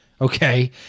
Okay